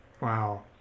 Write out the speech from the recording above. Wow